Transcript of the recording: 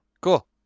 cool